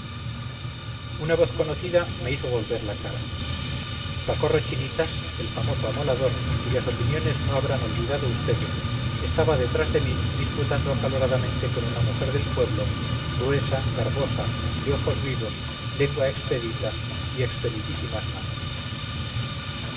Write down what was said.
una voz conocida me hizo volver la cara pacorro chinitas el famoso amolador cuyas opiniones no habrán olvidado vds estaba detrás de mí disputando acaloradamente con una mujer del pueblo gruesa garbosa de ojos vivos lengua expedita y expeditísimas manos